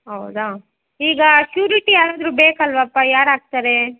ಹೌದಾ ಈಗ ಶೂರಿಟಿ ಯಾರಾದರೂ ಬೇಕಲ್ವಾಪ್ಪ ಯಾರಾಕ್ತಾರೆ